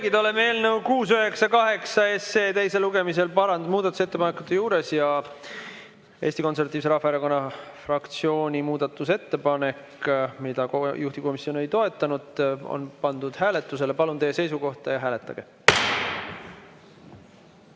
oleme eelnõu 698 teise lugemise muudatusettepanekute juures ja Eesti Konservatiivse Rahvaerakonna fraktsiooni muudatusettepanek, mida juhtivkomisjon ei toetanud, on pandud hääletusele. Palun teie seisukohta ja hääletage!